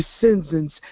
descendants